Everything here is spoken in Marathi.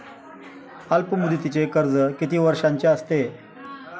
अल्पमुदतीचे कर्ज किती वर्षांचे असते?